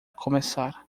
começar